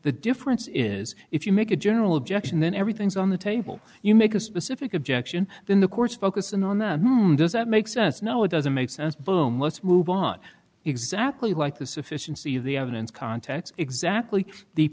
the difference is if you make a general objection then everything's on the table you make a specific objection then the court's focus in on them doesn't make sense no it doesn't make sense boom let's move on exactly like the sufficiency of the evidence context exactly the